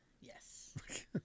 Yes